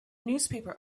newspaper